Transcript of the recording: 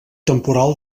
temporal